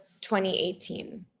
2018